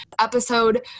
episode